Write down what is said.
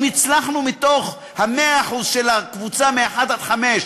אם הצלחנו שמתוך ה-100% של הקבוצה מ-1 עד 5,